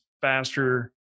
faster